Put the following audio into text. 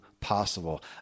possible